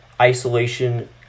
isolation